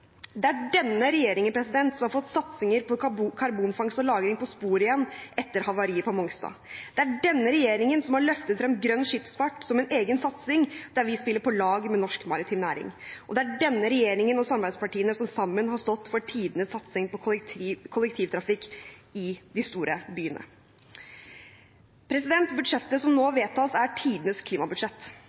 Det er denne regjeringen som har fått satsinger på karbonfangst og -lagring på sporet igjen etter havariet på Mongstad. Det er denne regjeringen som har løftet frem grønn skipsfart som en egen satsing der vi spiller på lag med norsk maritim næring. Det er denne regjeringen og samarbeidspartiene som sammen har stått for tidenes satsing på kollektivtrafikk i de store byene. Budsjettet som nå vedtas, er tidenes klimabudsjett.